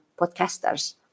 podcasters